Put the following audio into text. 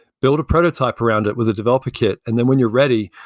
build a prototype around it with a developer kit. and then when you're ready,